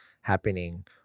happening